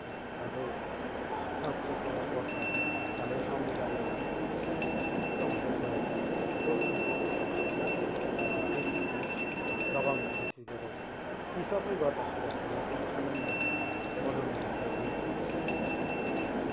हाम्रो संस्कृतिलाई पनि बचाउँछौँ हाम्रो समुदायमा लुप्त हुँदैगएको लोक संस्कृतिहरू पनि हामीले फेरि पनि जगाउने कोसिस गरेको छौँ यी सबै गर्दाखेरि हामीलाई पनि आनन्द हुन्छ मनोरन्जन लिन्छौँ हामी यसबाट